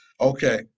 Okay